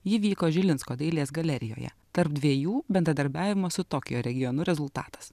ji vyko žilinsko dailės galerijoje tarp dviejų bendradarbiavimo su tokijo regionu rezultatas